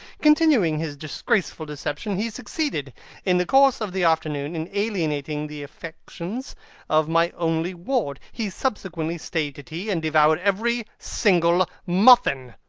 continuing his disgraceful deception, he succeeded in the course of the afternoon in alienating the affections of my only ward. he subsequently stayed to tea, and devoured every single muffin.